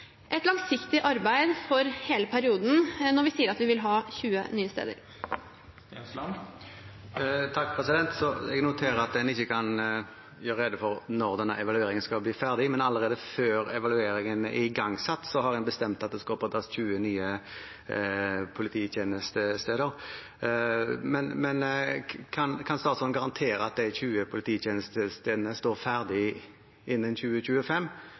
når vi sier at vi vil ha 20 nye steder, er det et langsiktig arbeid for hele perioden. Jeg noterer at man ikke kan gjøre rede for når denne evalueringen skal bli ferdig, men allerede før evalueringen er igangsatt, har man bestemt at det skal opprettes 20 nye polititjenestesteder. Kan statsråden garantere at de 20 polititjenestestedene står ferdig innen 2025,